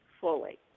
fully